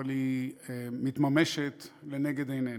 אבל היא מתממשת לנגד עינינו.